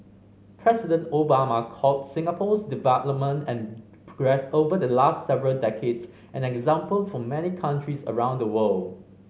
President Obama called Singapore's development and progress over the last several decades an example for many countries around the world